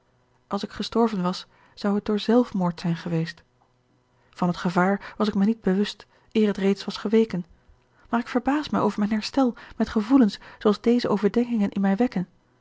als ik gestorven was zou het door zelfmoord zijn geweest van het gevaar was ik mij niet bewust eer het reeds was geweken maar ik verbaas mij over mijn herstel met gevoelens zooals deze overdenkingen in mij wekken